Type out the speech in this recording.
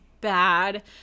bad